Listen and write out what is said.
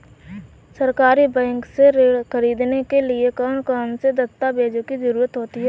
सहकारी बैंक से ऋण ख़रीदने के लिए कौन कौन से दस्तावेजों की ज़रुरत होती है?